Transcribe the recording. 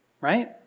right